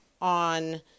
on